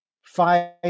five